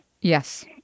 Yes